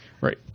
Right